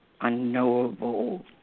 unknowable